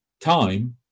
time